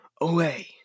away